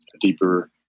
deeper